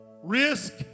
risk